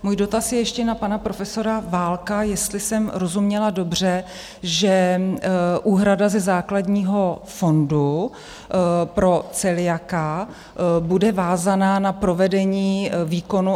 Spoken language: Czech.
Můj dotaz je ještě na pana profesora Válka, jestli jsem rozuměla dobře, že úhrada ze základního fondu pro celiaka bude vázána na provedení výkonu enterobiopsie.